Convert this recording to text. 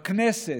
בכנסת,